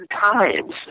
times